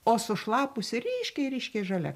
o sušlapusi ryškiai ryškiai žalia